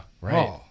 right